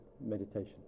meditation